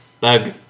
Bug